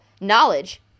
Knowledge